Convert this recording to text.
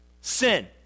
sin